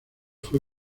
fue